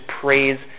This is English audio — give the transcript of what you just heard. praise